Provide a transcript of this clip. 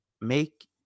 make